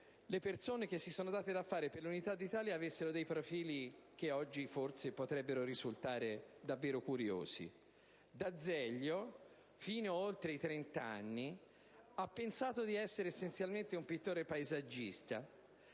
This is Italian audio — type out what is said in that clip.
le persone che si sono date da fare per l'Unità d'Italia avessero dei profili che oggi forse potrebbero risultare davvero curiosi. D'Azeglio, fin oltre i 30 anni, ha pensato di essere essenzialmente un pittore paesaggista.